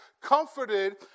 comforted